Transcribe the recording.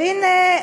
והנה,